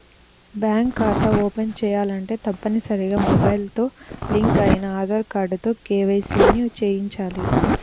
bank ఖాతా open చేయాలంటే తప్పనిసరిగా మొబైల్ తో లింక్ అయిన ఆధార్ కార్డుతో కేవైసీ ని చేయించాలి